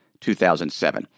2007